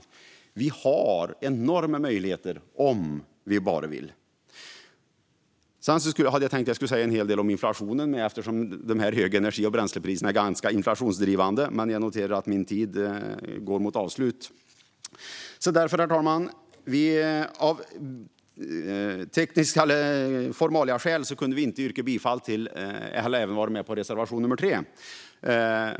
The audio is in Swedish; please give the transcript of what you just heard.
Vi har enorma möjligheter om vi bara vill. Jag hade tänkt att jag skulle säga en hel del om inflationen eftersom de höga energi och bränslepriserna är ganska inflationsdrivande, men jag noterar att min tid går mot avslut. Herr talman! Av formaliaskäl kunde vi inte vara med på reservation 3.